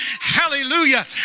Hallelujah